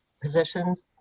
positions